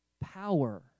power